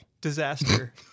disaster